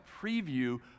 preview